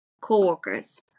co-workers